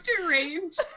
deranged